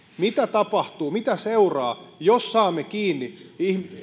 mitä tapahtuu mitä seuraa jos saamme kiinni